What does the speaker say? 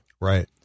right